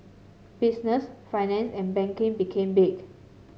business finance and banking became big